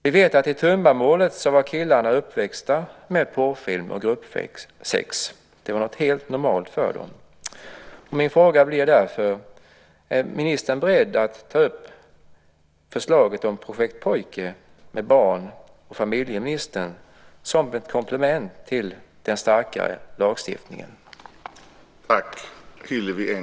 Vi vet att killarna i Tumbamålet var uppväxta med porrfilm och gruppsex. Det var något helt normalt för dem. Min fråga blir därför: Är ministern beredd att ta upp förslaget om projekt Pojke med barn och familjeministern som ett komplement till den starkare lagstiftningen?